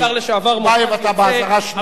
טיבייב, אתה באזהרה שנייה.